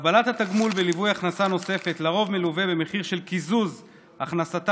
קבלת התגמול בליווי הכנסה נוספת לרוב מלווה במחיר של קיזוז הכנסתם,